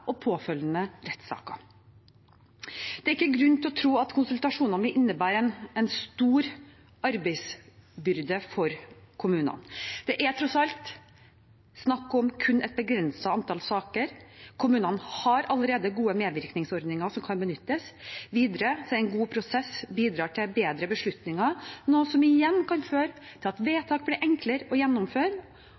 og påfølgende rettssaker. Det er ikke grunn til å tro at konsultasjonene vil innebære en stor arbeidsbyrde for kommunene. Det er tross alt snakk om kun et begrenset antall saker, og kommunene har allerede gode medvirkningsordninger som kan benyttes. Videre bidrar en god prosess til bedre beslutninger, noe som igjen kan føre til at vedtak blir enklere å gjennomføre,